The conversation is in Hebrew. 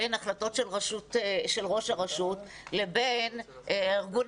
בין החלטות של ראש הרשות לבין הארגון